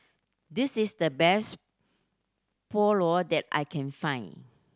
this is the best Pulao that I can find